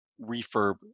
refurb